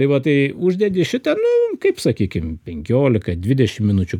tai va tai uždedi šitą nu kaip sakykim penkiolika dvidešim minučių